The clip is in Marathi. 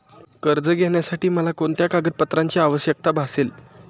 कर्ज घेण्यासाठी मला कोणत्या कागदपत्रांची आवश्यकता भासेल?